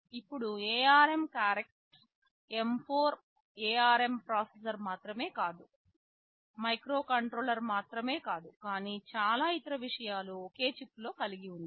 ఇప్పుడు ARM cortex M4 ARM processor మాత్రమే కాదు మైక్రోకంట్రోలర్ మాత్రమే కాదు కానీ చాలా ఇతర విషయాలు ఒకే చిప్లో కలిగి ఉంది